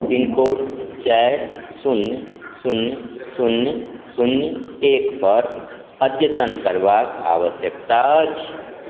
pin code चारि शून्य शून्य शून्य शून्य एकपर अद्यतन करबाक आवश्यकता अछि